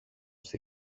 στη